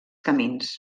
camins